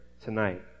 tonight